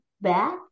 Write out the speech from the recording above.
back